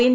N